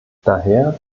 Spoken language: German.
daher